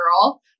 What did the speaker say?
girl